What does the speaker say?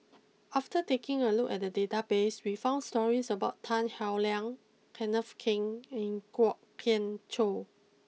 after taking a look at the databases we found stories about Tan Howe Liang Kenneth Keng and Kwok Kian Chow